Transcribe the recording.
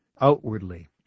outwardly